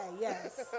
yes